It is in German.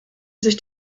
sich